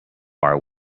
bar